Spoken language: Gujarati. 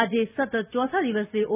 આજે સતત ચોથા દિવસે ઓ